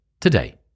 today